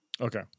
Okay